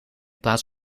plaats